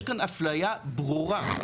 יש כאן אפליה ברורה.